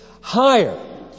higher